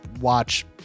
watch